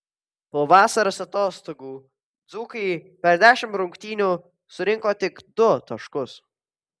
po vasaros atostogų dzūkai per dešimt rungtynių surinko tik du taškus